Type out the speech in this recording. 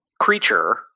creature